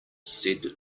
said